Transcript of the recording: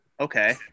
okay